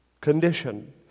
condition